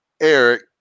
Eric